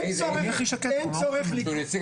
אין צורך --- שהוא נציג